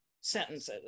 sentences